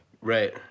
Right